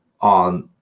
on